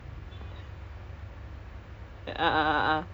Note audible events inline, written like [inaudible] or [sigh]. circuit bake baker is it [laughs]